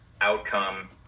outcome